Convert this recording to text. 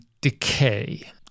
decay